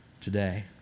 today